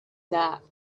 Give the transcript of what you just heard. nap